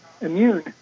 immune